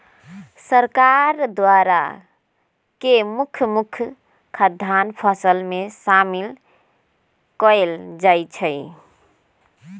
सरकार द्वारा के मुख्य मुख्य खाद्यान्न फसल में शामिल कएल जाइ छइ